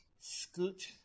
scoot